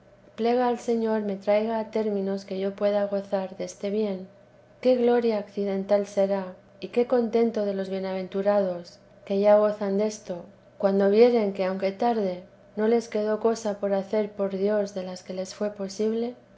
plega al señor me traiga a términos que yo pueda gozar deste bien qué gloria accidental será y qué contento de los bienaventurados que ya gozan desto cuando vieren que aunque tarde no les quedó cosa por hacer por dios de las que les fué posible